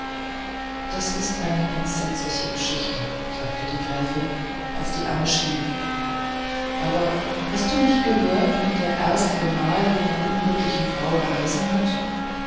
das ist eine entsetzliche geschichte sagte die gräfin als die amme schwieg aber hast du nicht gehört wie der erste gemahl jener unglücklichen frau geheißen hat